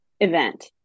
event